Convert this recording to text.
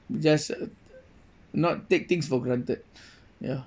just uh not take things for granted ya